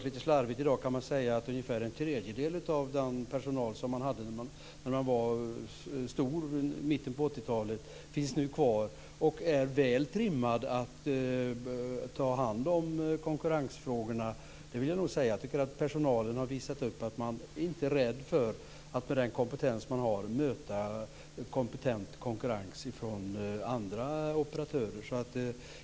Lite slarvigt kan man säga att ungefär en tredjedel av den personal som man hade i mitten av 80-talet finns kvar, och den är väl trimmad att ta hand om konkurrensfrågorna. Personalen har visat att man inte är rädd för att möta kompetent konkurrens från andra operatörer.